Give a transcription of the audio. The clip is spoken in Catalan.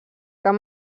cap